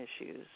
issues